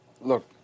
look